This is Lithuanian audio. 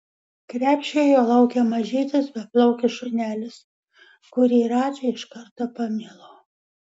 krepšyje jo laukė mažytis beplaukis šunelis kurį radži iš karto pamilo